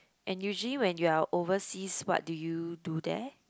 and usually when you're overseas what do you do there